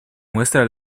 muestra